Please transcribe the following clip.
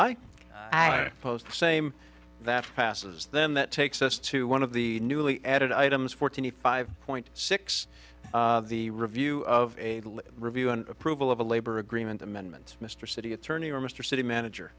i post the same that passes then that takes us to one of the newly added items forty five point six the review of a review and approval of a labor agreement amendment mr city attorney or mr city manager